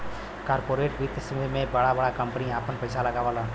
corporate वित्त मे बड़ा बड़ा कम्पनी आपन पइसा लगावला